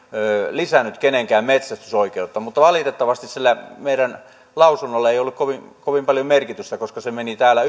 lisännyt kenenkään metsästysoikeutta mutta valitettavasti sillä meidän lausunnollamme ei ollut kovin kovin paljon merkitystä koska se meni täällä